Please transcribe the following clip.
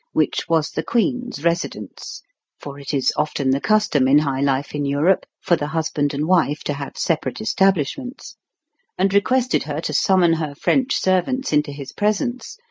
which was the queen's residence for it is often the custom in high life in europe for the husband and wife to have separate establishments and requested her to summon her french servants into his presence,